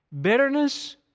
bitterness